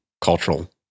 cultural